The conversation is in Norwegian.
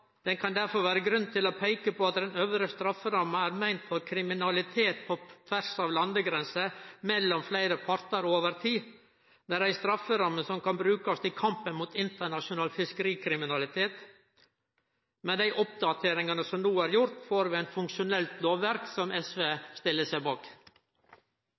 kan derfor vere grunn til å peike på at den øvre strafferamma er meint for kriminalitet på tvers av landegrenser, mellom fleire partar og over tid. Det er ei strafferamme som kan brukast i kampen mot internasjonal fiskerikriminalitet. Med dei oppdateringane som no er gjorde, får vi eit funksjonelt lovverk, som SV stiller seg bak.